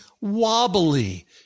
wobbly